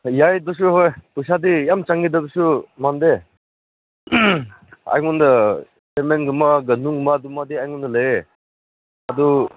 ꯌꯥꯏ ꯑꯗꯨꯁꯨ ꯍꯣꯏ ꯄꯩꯁꯥꯗꯤ ꯌꯥꯝ ꯆꯪꯒꯗꯕꯁꯨ ꯃꯥꯟꯗꯦ ꯑꯩꯉꯣꯟꯗ ꯁꯦꯃꯦꯟꯒꯨꯝꯕ ꯅꯨꯡꯒꯨꯝꯕ ꯑꯗꯨꯃꯗꯤ ꯑꯩꯉꯣꯟꯗ ꯂꯩꯌꯦ ꯑꯗꯨ